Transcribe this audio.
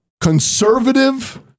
conservative